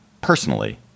personally